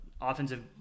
offensive